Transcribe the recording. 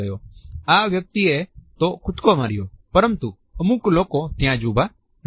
આ વ્યક્તિએ તો કુદકો માર્યો પરતું અમુક લોકો ત્યાં જ ઉભા રહ્યા